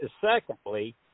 secondly